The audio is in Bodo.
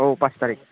औ पास थारिख